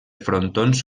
frontons